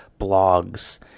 blogs